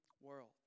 world